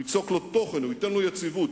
הוא ייצוק לו תוכן, הוא ייתן לו יציבות.